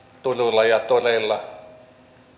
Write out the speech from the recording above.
turuilla ja toreilla